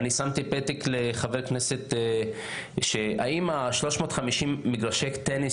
אני שמתי פתק לחבר הכנסת האם 350 מגרשי הטניס